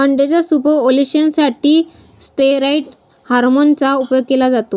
अंड्याच्या super ovulation साठी steroid hormone चा उपयोग केला जातो